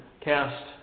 cast